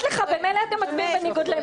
במילא אתה מצביע בניגוד לעמדתם.